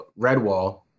Redwall